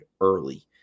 early